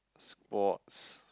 squats